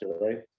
right